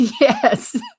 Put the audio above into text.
Yes